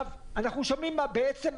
אנחנו שומעים